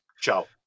ciao